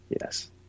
Yes